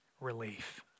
relief